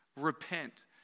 repent